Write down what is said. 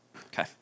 Okay